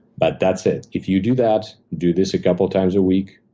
but that's it. if you do that, do this a couple times a week,